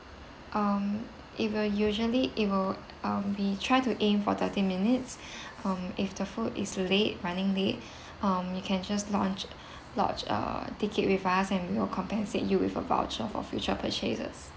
um it will usually it will um we try to aim for thirty minutes um if the food is late running late um you can just launched lodged a ticket with us and we'll compensate you with a voucher for future purchases